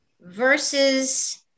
Versus